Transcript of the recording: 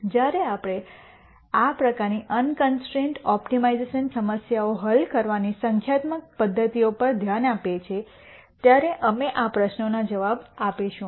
જ્યારે આપણે આ પ્રકારની અનકન્સ્ટ્રૈન્ટ ઓપ્ટિમાઇઝેશન સમસ્યાઓ હલ કરવાની સંખ્યાત્મક પદ્ધતિઓ પર ધ્યાન આપીએ છીએ ત્યારે અમે આ પ્રશ્નોના જવાબો આપીશું